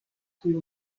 kui